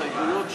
ההסתייגויות מס'